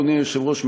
אדוני היושב-ראש,